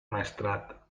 maestrat